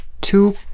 two